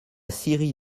scierie